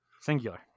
Singular